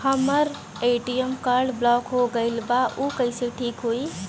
हमर ATM card block हो गईल बा ऊ कईसे ठिक होई?